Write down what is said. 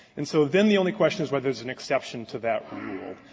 and so then the only question is whether there's an exception to that rule.